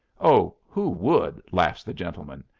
oh, who would? laughs the gentleman.